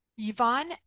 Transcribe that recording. Yvonne